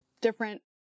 different